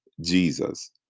Jesus